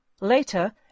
Later